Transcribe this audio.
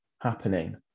happening